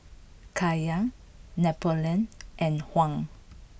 Kaya Napoleon and Hung